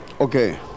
Okay